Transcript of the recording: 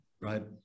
right